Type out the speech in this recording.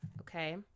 Okay